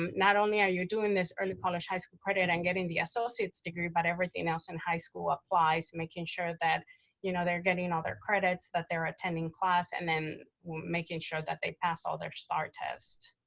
um not only are you doing this early college high school credit and getting the associate's degree, but everything else in high school applies, making sure that you know they're getting and all their credits, that they're attending class, and making sure that they pass all their staar tests.